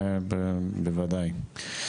זה בוודאי.